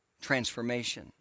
transformation